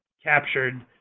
captured,